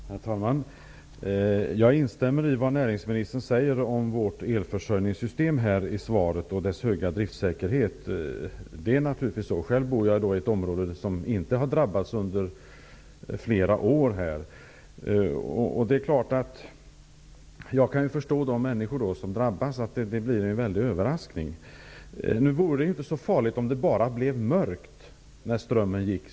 Herr talman! Jag instämmer i vad näringsministern säger i svaret om vårt elförsörjningssystem och dess höga driftsäkerhet. Det är naturligtvis så. Själv bor jag i ett område som inte har drabbats under flera år. Jag kan förstå att det blir en väldig överraskning för de människor som drabbas. Det vore inte så farligt om det bara blev mörkt när strömmen gick.